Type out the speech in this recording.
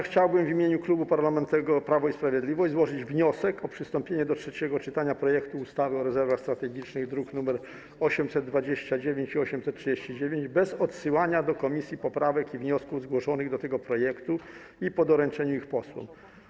Chciałbym także w imieniu Klubu Parlamentarnego Prawo i Sprawiedliwość złożyć wniosek o przystąpienie do trzeciego czytania projektu ustawy o rezerwach strategicznych, druki nr 829 i 839, bez odsyłania do komisji poprawek i wniosków zgłoszonych do tego projektu, po doręczeniu ich posłom.